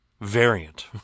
Variant